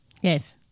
Yes